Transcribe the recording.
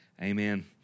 Amen